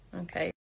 Okay